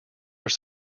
are